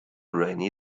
rainy